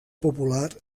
popular